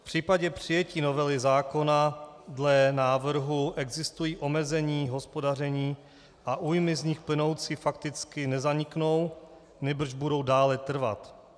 V případě přijetí novely zákona dle návrhu existují omezení hospodaření a újmy z nich plynoucí fakticky nezaniknou, nýbrž budou dále trvat.